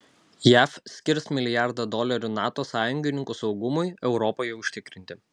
jav skirs milijardą dolerių nato sąjungininkų saugumui europoje užtikrinti